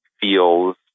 feels